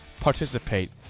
participate